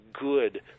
good